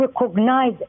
recognize